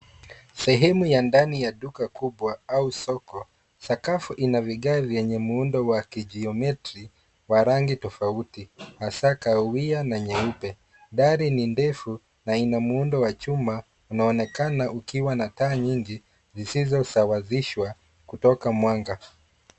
Sehemu ya ndani ya duka kubwa au soko, sakafu ina vigae vyenye muundo wa kijiometri wa rangi tofauti, hasa kahawia na nyeupe. Dari ni ndefu na ina muundo wa chuma unaonekana ukiwa na taa nyingi zisizosawazishwa kutoka mwanga.